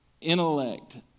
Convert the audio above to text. intellect